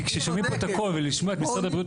כי כששומעים פה את הכול ולשמוע את משרד הבריאות